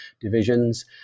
divisions